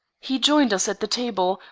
he joined us at the table,